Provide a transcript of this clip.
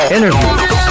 Interviews